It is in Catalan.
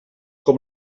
com